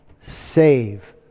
save